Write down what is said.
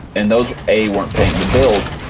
and those, a, weren't paying the bills,